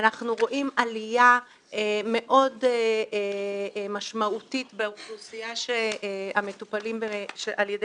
אנחנו רואים עלייה מאוד משמעותית באוכלוסייה של המטופלים על ידי